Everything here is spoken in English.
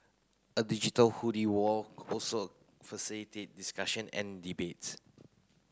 a digital wall also facilitate discussion and debates